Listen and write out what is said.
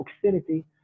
proximity